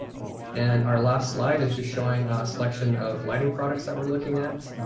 and our last slide is just showing a selection of lighting products that we're looking at.